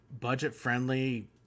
budget-friendly